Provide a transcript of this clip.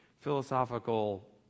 philosophical